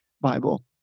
Bible